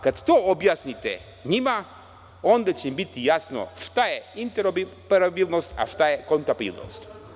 Kada to objasnite njima, onda će im biti jasno šta je interoperabilnost, a šta je kompatibilnost.